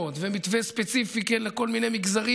למעונות ועל מתווה ספציפי לכל מיני מגזרים.